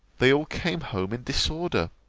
they all came home in disorder.